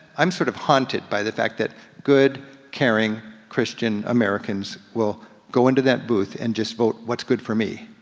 i'm sort of haunted by the fact that good, caring, christian americans will go into that booth and just vote what's good for me.